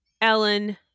Ellen